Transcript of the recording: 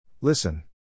Listen